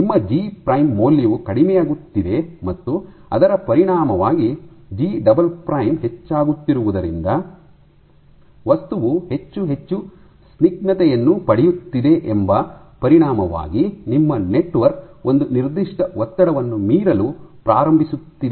ನಿಮ್ಮ G prime ಮೌಲ್ಯವು ಕಡಿಮೆಯಾಗುತ್ತಿದೆ ಮತ್ತು ಅದರ ಪರಿಣಾಮವಾಗಿ ಜಿ ಡಬಲ್ ಪ್ರೈಮ್ ಹೆಚ್ಚಾಗುತ್ತಿರುವುದರಿಂದ ವಸ್ತುವು ಹೆಚ್ಚು ಹೆಚ್ಚು ಸ್ನಿಗ್ಧತೆಯನ್ನು ಪಡೆಯುತ್ತಿದೆ ಎಂಬ ಪರಿಣಾಮವಾಗಿ ನಿಮ್ಮ ನೆಟ್ವರ್ಕ್ ಒಂದು ನಿರ್ದಿಷ್ಟ ಒತ್ತಡವನ್ನು ಮೀರಲು ಪ್ರಾರಂಭಿಸುತ್ತಿದೆ ಎಂದು ಇದು ಸೂಚಿಸುತ್ತದೆ